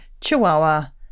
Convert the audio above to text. chihuahua